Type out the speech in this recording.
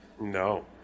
No